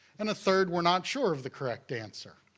and a third were not sure of the correct answer.